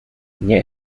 nie